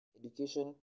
education